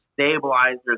stabilizers